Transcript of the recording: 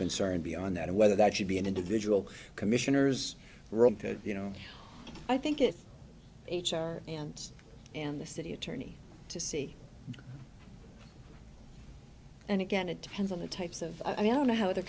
concern beyond that whether that should be an individual commissioner's role did you know i think it h r and and the city attorney to see and again it depends on the types of i mean i don't know how the